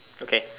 okay